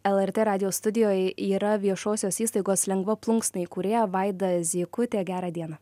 lrt radijo studijoj yra viešosios įstaigos lengva plunksna įkūrėja vaida zykutė gerą dieną